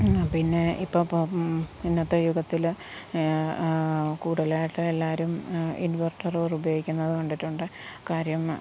പിന്നെ ഇപ്പോൾ ഇപ്പം ഇന്നത്തെ യുഗത്തില് കൂടുതലായിട്ട് എല്ലാവരും ഇൻവർട്ടറുകൾ ഉപയോഗിക്കുന്നത് കണ്ടിട്ടുണ്ട് കാര്യം